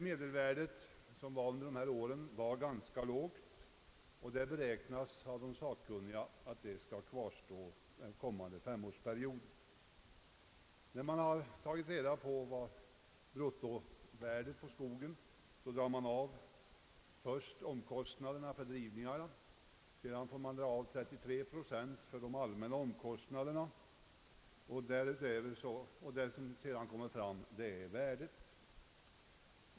Medelvärdet var under dessa år ganska lågt, och det beräknas av de sakkunniga att värdet skall kvarstå under den kommande femårsperioden. När man tagit reda på skogens bruttovärde drar man först av omkostnaderna för drivningarna och därefter 33 procent för de allmänna omkostnaderna och får då fram värdet.